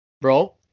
bro